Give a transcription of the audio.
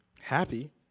Happy